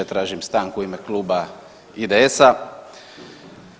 Tražim stanku u ime Kluba IDS-a.